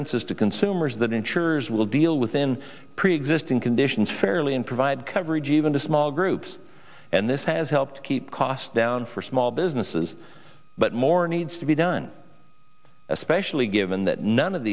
is to consumers that insurers will deal within preexisting conditions fairly and provide coverage even to small groups and this has helped keep costs down for small businesses but more needs to be done especially given that none of